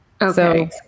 Okay